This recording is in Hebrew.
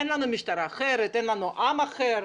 אין לנו משטרה אחרת, אין לנו עם אחר,